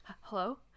hello